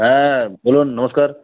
হ্যাঁ বলুন নমস্কার